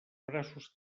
braços